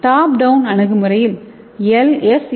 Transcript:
top down அணுகுமுறையில் S